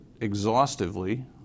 exhaustively